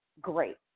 great